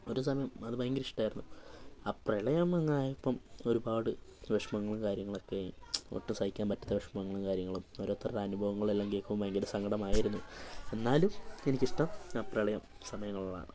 ഒരു സമയം അത് ഭയങ്കര ഇഷ്ടായിരുന്നു ആ പ്രളയം അങ്ങായപ്പം ഒരുപാട് വിഷമങ്ങളും കാര്യങ്ങളും ഒക്കെ ആയി ഒട്ടും സഹിക്കാൻ പറ്റാത്ത വിഷമങ്ങളും കാര്യങ്ങളും ഓരോരുത്തരുടെ അനുഭവങ്ങളെല്ലാം കേൾക്കുമ്പോൾ ഭയങ്കര സങ്കടമായിരുന്നു എന്നാലും എനിക്കിഷ്ടം ആ പ്രളയ സമയങ്ങളിലാണ്